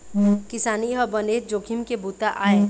किसानी ह बनेच जोखिम के बूता आय